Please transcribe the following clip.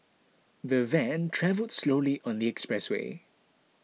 the van travelled slowly on the expressway